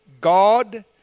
God